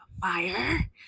fire